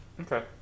okay